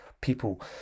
people